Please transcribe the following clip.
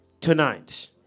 tonight